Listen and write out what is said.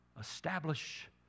establish